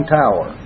tower